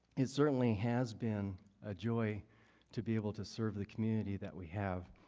it certainly has been a joy to be able to serve the community that we have